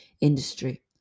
industry